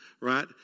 right